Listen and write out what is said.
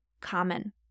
common